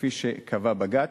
כפי שקבע בג"ץ,